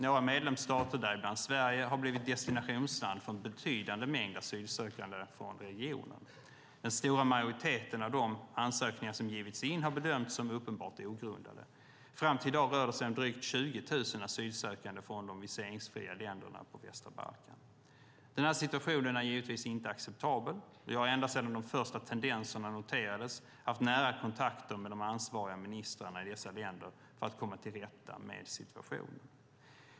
Några medlemsstater, däribland Sverige, har blivit destinationsland för en betydande mängd asylsökande från regionen. Den stora majoriteten av de ansökningar som givits in har bedömts som uppenbart ogrundade. Fram till i dag rör det sig om drygt 20 000 asylsökande från de viseringsfria länderna på Västra Balkan. Denna situation är givetvis inte acceptabel, och jag har ända sedan de första tendenserna noterades haft nära kontakter med de ansvariga ministrarna i dessa länder för att komma till rätta med situationen.